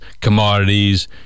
commodities